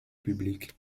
publique